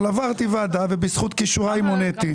אבל עברתי ועדה ובזכות כישוריי מוניתי,